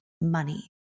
money